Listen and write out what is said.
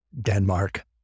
Denmark